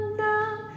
down